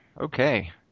okay